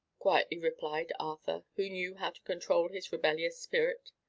quietly replied arthur, who knew how to control his rebellious spirit.